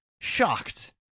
shocked